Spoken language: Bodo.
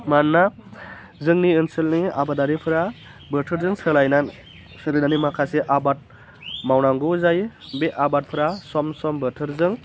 मानोना जोंनि ओनसोलनि आबादारिफोरा बोथोरजों सोलायनान सोलिनानै माखासे आबाद मावनांगौ जायो बे आबादफोरा सम सम बोथोरजों